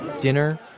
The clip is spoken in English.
Dinner